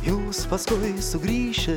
jūs paskui sugrįšit